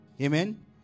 Amen